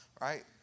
right